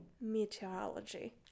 meteorology